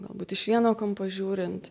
galbūt iš vieno kampo žiūrint